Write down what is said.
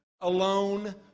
alone